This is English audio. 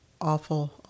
Awful